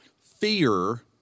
fear